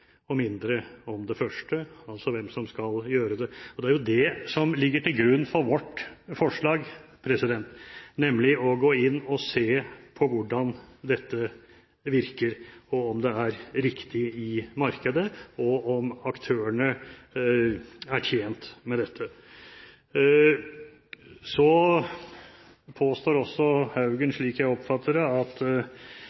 og mindre om det første, altså hvem som skal gjøre det. Det er jo det som ligger til grunn for vårt forslag, nemlig å gå inn og se på hvordan dette virker, om det er riktig i markedet, og om aktørene er tjent med dette. Så påstår også Haugen,